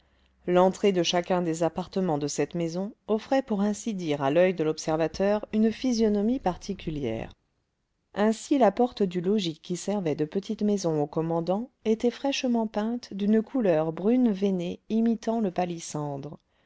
l'entrée de chacun des appartements de cette maison offrait pour ainsi dire à l'oeil de l'observateur une physionomie particulière ainsi la porte du logis qui servait de petite maison au commandant était fraîchement peinte d'une couleur brune veinée imitant le palissandre